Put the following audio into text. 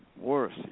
worse